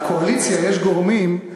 בקואליציה יש גורמים,